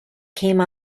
came